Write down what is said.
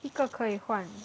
一个可以换